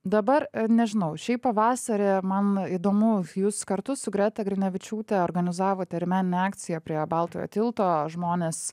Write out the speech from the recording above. dabar nežinau šiaip pavasarį man įdomu jūs kartu su greta grinevičiūte organizavote ir meninę akciją prie baltojo tilto žmonės